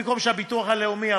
במקום הביטוח הלאומי,